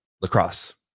lacrosse